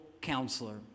counselor